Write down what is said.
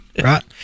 right